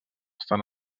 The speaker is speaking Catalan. estan